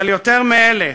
אבל יותר מאלה,